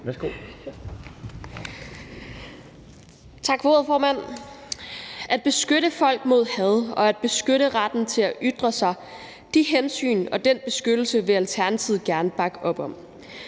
(ALT): Tak for ordet, formand. At beskytte folk mod had og at beskytte retten til at ytre sig vil Alternativet gerne bakke op om.